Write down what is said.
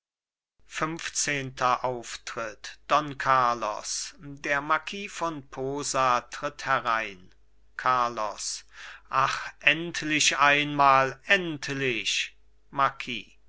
funfzehnter auftritt don carlos der marquis von posa tritt herein carlos ach endlich einmal endlich